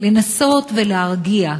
לנסות להרגיע,